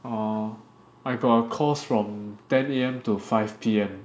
orh I got a course from ten A_M to five P_M